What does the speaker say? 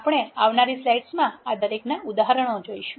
આપણે આવનારી સ્લાઇડ્સમાં આ દરેકનાં ઉદાહરણો જોશું